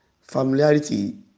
familiarity